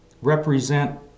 represent